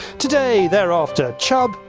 today they are after chub,